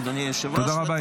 אדוני היושב-ראש,